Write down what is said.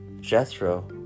Jethro